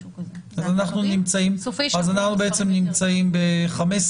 בסופי שבוע המספרים יותר גבוהים.